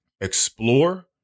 explore